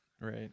Right